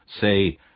say